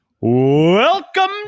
Welcome